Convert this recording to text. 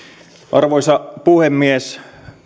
arvoisa puhemies nyt käsittelyssä olevan kansalaisaloitteen henki